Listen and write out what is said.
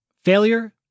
failure